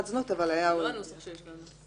זנות אבל -- זה לא הנוסח שיש לנו.